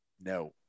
No